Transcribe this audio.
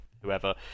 whoever